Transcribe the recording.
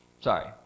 Sorry